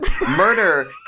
murder